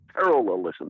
parallelism